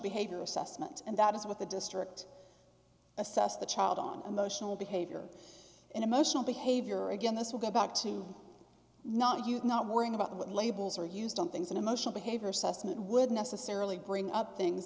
behavior assessment and that is what the district assess the child on emotional behavior and emotional behavior again this will go back to not use not worrying about what labels are used on things in emotional behavior system that would necessarily bring up things